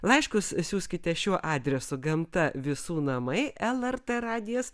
laiškus siųskite šiuo adresu gamta visų namai lrt radijas